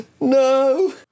No